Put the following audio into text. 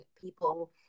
people